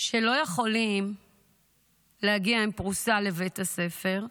שלא יכולים להגיע עם פרוסה לבית הספר,